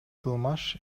кылмыш